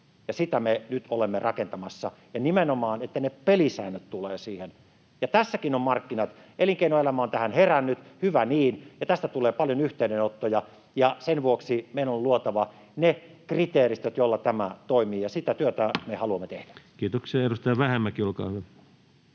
sitä me nyt olemme rakentamassa. Ja nimenomaan, että ne pelisäännöt tulevat siihen, ja tässäkin on markkinat. Elinkeinoelämä on tähän herännyt, hyvä niin, ja tästä tulee paljon yhteydenottoja, ja sen vuoksi meidän on luotava ne kriteeristöt, joilla tämä toimii, ja sitä työtä me haluamme tehdä. Kiitoksia. — Edustaja Vähämäki, olkaa hyvä.